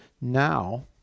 now